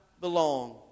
belong